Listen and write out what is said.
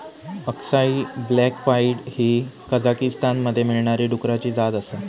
अक्साई black pied ही कझाकीस्तानमध्ये मिळणारी डुकराची जात आसा